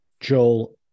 Joel